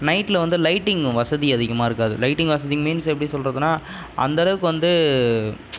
நைட்டில் வந்து லைட்டிங் வசதி அதிகமாக இருக்காது லைட்டிங் வசதி மீன்ஸ் எப்படி சொல்கிறதுனா அந்தளவுக்கு வந்து